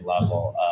level